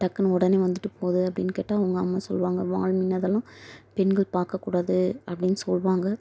டக்குன்னு உடனே வந்துவிட்டு போது அப்படினு கேட்டால் எங்கள் அம்மா சொல்லுவாங்க வால்மீன் அதெல்லாம் பெண்கள் பார்க்கக் கூடாது அப்படின்னு சொல்லுவாங்க